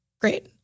great